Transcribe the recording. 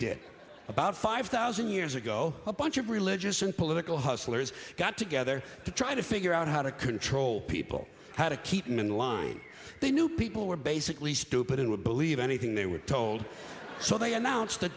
did about five thousand years ago a bunch of religious and political hustlers got together to try to figure out how to control people how to keep them in line they knew people were basically stupid and would believe anything they were told so they announced that